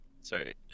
Sorry